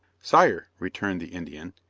sire, returned the indian,